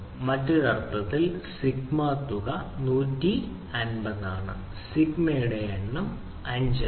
മറ്റൊരു അർത്ഥത്തിൽ സിഗ്മ തുക 150 ആണ് സിഗ്മയുടെ എണ്ണം 5 ആണ്